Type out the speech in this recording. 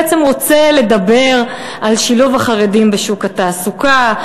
בעצם רוצה לדבר על שילוב החרדים בשוק התעסוקה,